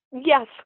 yes